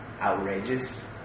outrageous